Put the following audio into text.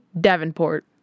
Davenport